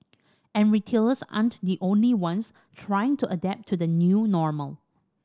and retailers aren't the only ones trying to adapt to the new normal